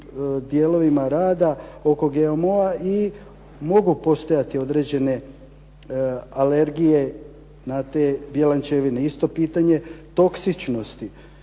dijelovima rada oko GMO-a i mogu postojati određene alergije na te bjelančevine. Isto pitanje toksičnosti.